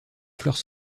fleurs